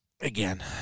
again